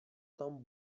tam